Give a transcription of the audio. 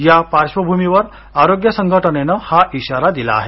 या पार्श्वभूमीवर आरोग्य संघटनेनं हा इशारा दिला आहे